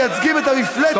שם אתם מייצגים את המפלצת הזאת,